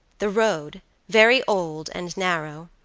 the road, very old and narrow,